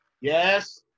Yes